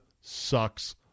sucks